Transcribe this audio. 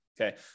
Okay